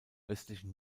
östlichen